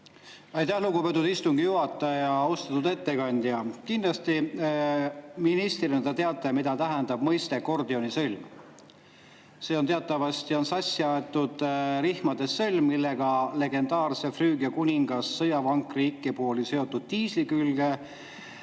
Aitäh, lugupeetud istungi juhataja! Austatud ettekandja! Kindlasti ministrina te teate, mida tähendab väljend Gordioni sõlm. See on teatavasti sassiaetud rihmadest sõlm, millega legendaarse Früügia kuninga sõjavankri ikkepuu oli seotud tiisli külge